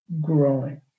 growing